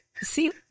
see